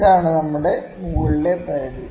ഇതാണ് നമ്മുടെ മുകളിലെ പരിധി